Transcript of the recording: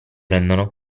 rendono